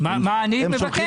מה אני מבקש?